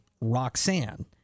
Roxanne